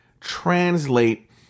translate